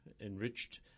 enriched